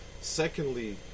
Secondly